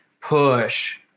push